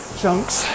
chunks